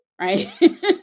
right